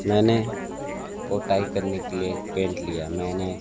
मैंने पोताई करने के लिए पेंट लिया मैंने